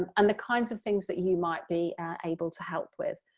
and the kinds of things that you might be able to help with.